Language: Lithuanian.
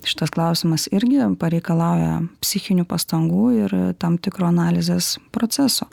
šitas klausimas irgi pareikalauja psichinių pastangų ir tam tikro analizės proceso